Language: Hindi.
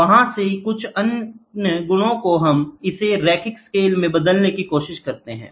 वहां से कुछ अन्य गुणों को हम इसे रैखिक स्केल में बदलने की कोशिश करते हैं